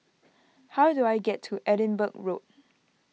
how do I get to Edinburgh Road